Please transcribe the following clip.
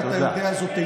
חבר הכנסת מקלב,